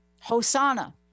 Hosanna